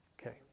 Okay